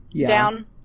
down